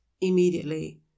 immediately